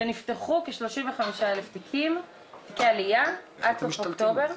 ונפתחו כ-35,000 תיקי עלייה עד סוף אוקטובר.